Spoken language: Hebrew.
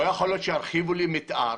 לא יכול להיות שירחיבו לי מתאר